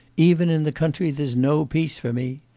even in the country there's no peace for me.